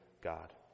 God